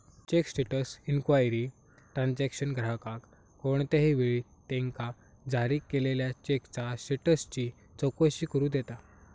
check status inquiry transaction ग्राहकाक कोणत्याही वेळी त्यांका जारी केलेल्यो चेकचा स्टेटसची चौकशी करू देता